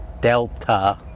Delta